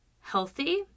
healthy